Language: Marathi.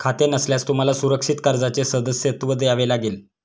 खाते नसल्यास तुम्हाला सुरक्षित कर्जाचे सदस्यत्व घ्यावे लागेल